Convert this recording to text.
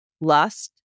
lust